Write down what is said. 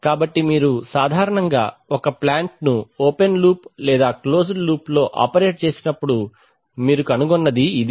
కాబట్టి మీరు సాధారణంగా ఒక ప్లాంట్ను ఓపెన్ లూప్ లేదా క్లోజ్డ్ లూప్న లో ఆపరేట్ చేసేటప్పుడు మీరు కనుగొన్నది ఇది